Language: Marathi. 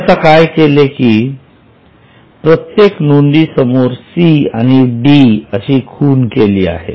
मी आता काय केले आहे की प्रत्येक नोंदीसमोर सी आणि डी अशी खूण केली आहे